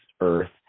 earth